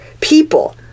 people